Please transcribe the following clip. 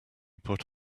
put